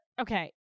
okay